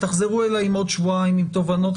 תחזרו אלי עוד שבועיים עם תובנות.